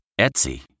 Etsy